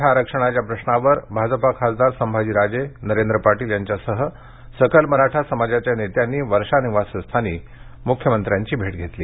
मराठा आरक्षणाच्या प्रश्नावर भाजपा खासदार संभाजीराजे नरेंद्र पाटील यांच्यासह सकल मराठा समाजाच्या नेत्यांनी वर्षा निवासस्थानी मुख्यमंत्र्यांची भेट घेतली